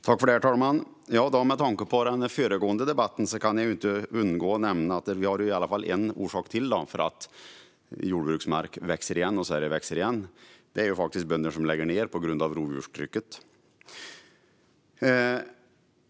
Herr talman! Med tanke på den föregående debatten kan jag inte undgå att nämna att vi har ännu en orsak till att jordbruksmark växer igen, nämligen att bönder lägger ned på grund av rovdjurstrycket.